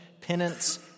penance